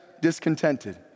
discontented